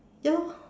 ya